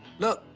look,